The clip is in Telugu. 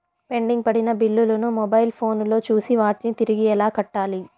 పెండింగ్ పడిన బిల్లులు ను మొబైల్ ఫోను లో చూసి వాటిని తిరిగి ఎలా కట్టాలి